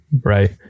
right